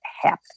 happen